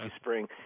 spring